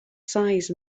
size